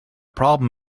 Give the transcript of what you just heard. problem